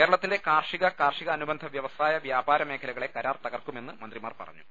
കേരളത്തിന്റെ കാർഷിക കാർഷികാനുബന്ധ വ്യവസായ വ്യാപാര മേഖലകളെ കരാർ തകർക്കുമെന്ന് മന്ത്രിമാർ പറഞ്ഞു